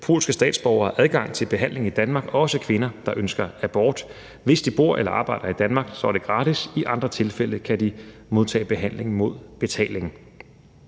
polske statsborgere adgang til behandling i Danmark, også kvinder, der ønsker abort. Hvis de bor eller arbejder i Danmark, er det gratis. I andre tilfælde kan de modtage behandling mod betaling.